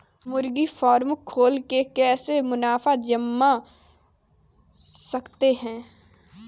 मुर्गी फार्म खोल के कैसे मुनाफा कमा सकते हैं?